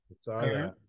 Sorry